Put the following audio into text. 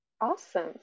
awesome